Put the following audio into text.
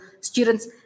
students